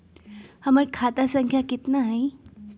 हमर खाता संख्या केतना हई?